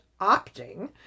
opting